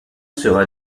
sera